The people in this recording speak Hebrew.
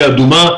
ואם היא אדומה,